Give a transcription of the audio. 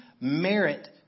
merit